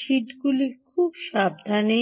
শীটগুলি খুব সাবধানে